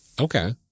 Okay